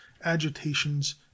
agitations